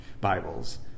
Bibles